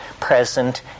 present